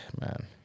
man